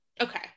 okay